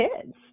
kids